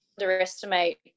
underestimate